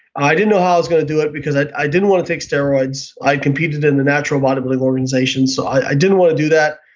i didn't know how i was going to do it because i i didn't want to take steroids. i competed in the national bodybuilding organizations so i didn't want to do that.